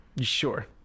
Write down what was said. sure